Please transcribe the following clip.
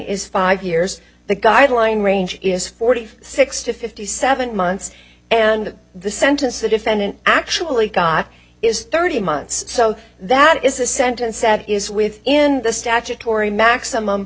is five years the guideline range is forty six to fifty seven months and the sentence the defendant actually got is thirty months so that is a sentence that is within the statutory maximum